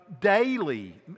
daily